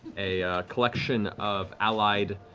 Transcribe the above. a collection of allied